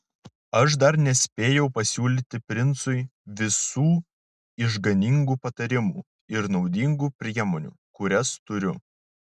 aš dar nespėjau pasiūlyti princui visų išganingų patarimų ir naudingų priemonių kurias turiu